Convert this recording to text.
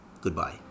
Goodbye